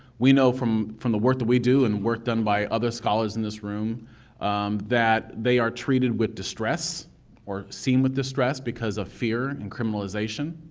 we know from from the work that we do and work done by other scholars in this room that they are treated with distress or seen with distress because of fear, and criminalization.